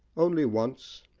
only once!